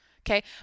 okay